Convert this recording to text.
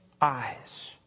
eyes